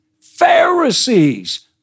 Pharisees